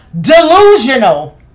delusional